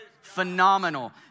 phenomenal